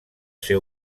ser